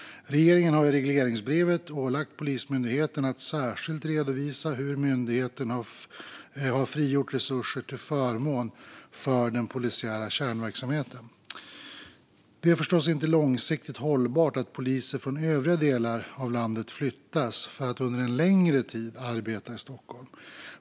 Regeringen har i regleringsbrevet ålagt Polismyndigheten att särskilt redovisa hur myndigheten har frigjort resurser till förmån för den polisiära kärnverksamheten. Det är förstås inte långsiktigt hållbart att poliser från övriga delar av landet flyttas för att under en längre tid arbeta i Stockholm.